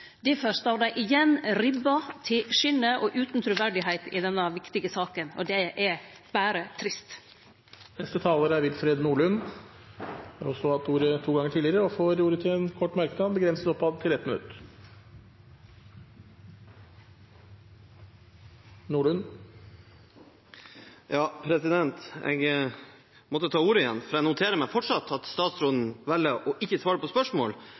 igjen ribba til skinnet og utan truverd i denne viktige saka, og det er berre trist. Willfred Nordlund har hatt ordet to ganger tidligere i debatten og får ordet til en kort merknad, begrenset til 1 minutt. Jeg måtte ta ordet igjen, for jeg noterer meg fortsatt at statsråden velger ikke å svare på spørsmål,